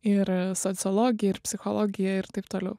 ir sociologiją ir psichologiją ir taip toliau